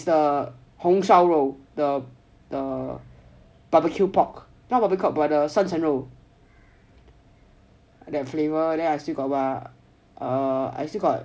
is the 红烧肉 the the barbecue pork not 三成肉 that flavour then I still got what uh I still got